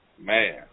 man